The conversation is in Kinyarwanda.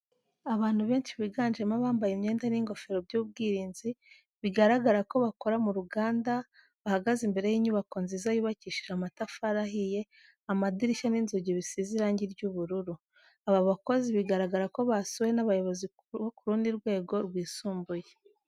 Abantu benshi biganjemo abambaye imyenda n'ingofero by'ubwirinzi bigaragara ko bakora mu ruganda, bahagaze imbere y'inyubako nziza yubakishije amatafari ahiye, amadirishya n'inzugi bisize irangi ry'ubururu, aba bakozi bigaragara ko basuwe n'abayobozi bo ku rundi rwego rwisumbuye.